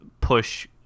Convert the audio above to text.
push